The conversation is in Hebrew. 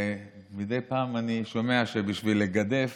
ומדי פעם אני שומע שבשביל לגדף